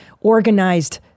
organized